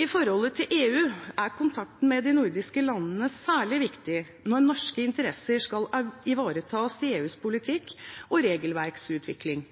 I forholdet til EU er kontakten med de nordiske landene særlig viktig når norske interesser skal ivaretas i EUs politikk- og regelverksutvikling.